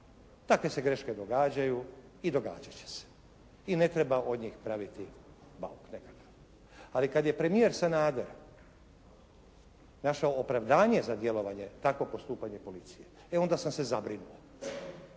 Takve se greške događaju i događati će se i ne treba od njih praviti bauk nekakav. Ali kad je premijer Sanader našao opravdanje za djelovanje, takvo postupanje policije, e onda sam se zabrinuo.